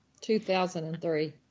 2003